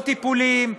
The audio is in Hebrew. לא טיפולים,